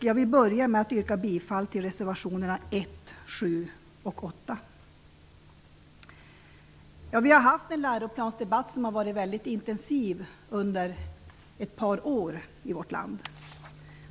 Jag vill börja med att yrka bifall till reservationerna Vi har i vårt land haft en läroplansdebatt som varit väldigt intensiv under ett par år.